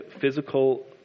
physical